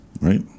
right